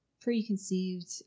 preconceived